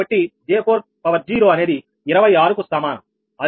కాబట్టి 𝐽4 అనేది 26 కు సమానం